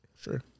Sure